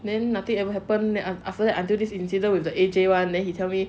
then nothing ever happened after that until this incident with the A_J [one] then he tell me